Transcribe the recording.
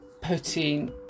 putting